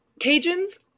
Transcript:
Cajuns